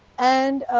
and,